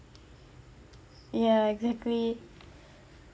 ya exactly